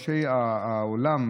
ראשי העולם,